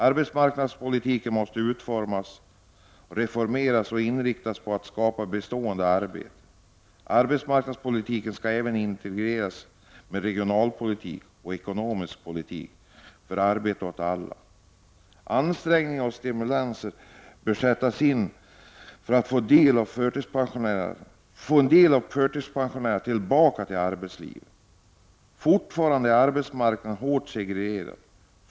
—- Arbetsmarknadspolitiken måste reformeras och inriktas på att skapa bestående arbeten. Arbetsmarknadspolitiken skall även integreras med regionalpolitik och ekonomisk politik för arbete åt alla. Ansträngningar och stimulanser bör sättas in för att få en del av förtidspensionärerna tillbaka till arbetslivet. Fortfarande är arbetsmarknaden hårt segregerad.